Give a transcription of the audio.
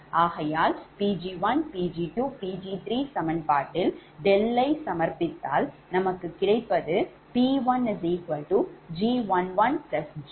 ஆகையால் Pg1Pg2Pg3 சமன்பாடுல் 𝛿ஐ சமர்ப்பித்தால் நமக்கு கிடைப்பது 𝑃1𝐺11𝐺13cos𝛿31−𝐵13sin𝛿31